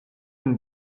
une